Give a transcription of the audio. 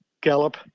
gallop